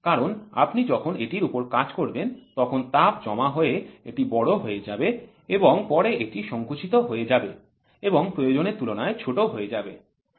কারণ আপনি যখন এটির উপর কাজ করবেন তখন তাপ জমা হয়ে এটি বড় হয়ে যাবে এবং পরে এটি সংকুচিত হয়ে যাবে এবং প্রয়োজনের তুলনায় ছোট হয়ে যাবে